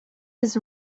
his